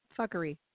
fuckery